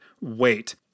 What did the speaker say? wait